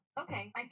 Okay